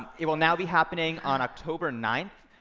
it will now be happening on october ninth,